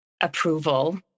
approval